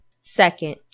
Second